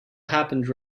happened